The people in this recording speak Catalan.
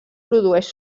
produeix